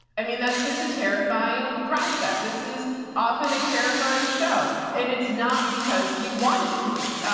i mean, that's just a terrifying prospect. this is often a terrifying show and it's not because we want it to be, ah,